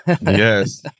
Yes